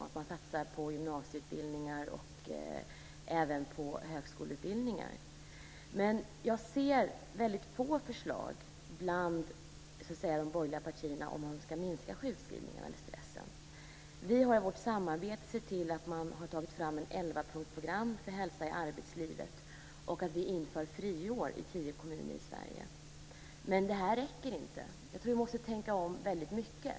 Man ska också satsa på gymnasieutbildningar och även på högskoleutbildningar. Men jag ser väldigt få förslag från de borgerliga partierna om hur vi kan minska sjukskrivningarna eller stressen. Vi har i vårt samarbete sett till man tagit fram ett elvapunktsprogram för hälsa i arbetslivet. Vi inför också friår i tio kommuner i Sverige. Men det här räcker inte. Jag tror att vi måste tänka om väldigt mycket.